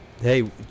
hey